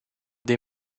des